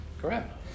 Correct